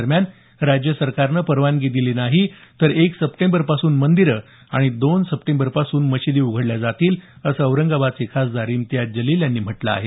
दरम्यान राज्य सरकारनं परवानगी दिली नाही तर एक सप्टेंबरपासून मंदिरं आणि दोन सप्टेंबरपासून मशिदी उघडल्या जातील असं औरंगाबादचे खासदार इम्तियाज जलील यांनी म्हटलं आहे